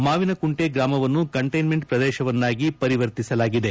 ಮಾವಿನಕುಂಟೆ ಗ್ರಾಮವನ್ನು ಕಂಟೈನ್ಮೆಂಟ್ ಪ್ರದೇಶವನ್ನಾಗಿ ಪರಿವರ್ತಿಸಲಾಗಿದೆ